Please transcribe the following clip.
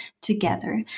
together